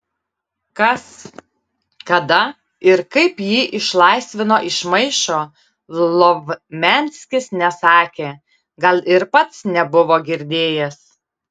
kas kada ir kaip jį išlaisvino iš maišo lovmianskis nesakė gal ir pats nebuvo girdėjęs